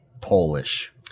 Polish